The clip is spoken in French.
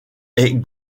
est